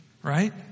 Right